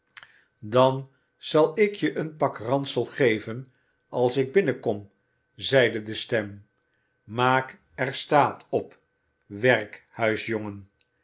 dan zal ik je een pak ransel geven als ik binnenkom zeide de stem maak er staat op